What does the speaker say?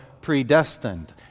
predestined